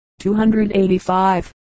285